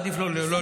עדיף לא להגיב.